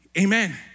Amen